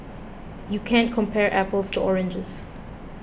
you can't compare apples to oranges